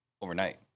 overnight